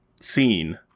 scene